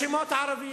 את השמות הערביים.